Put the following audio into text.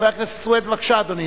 חבר הכנסת סוייד, בבקשה, אדוני.